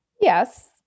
Yes